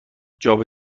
جابه